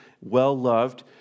well-loved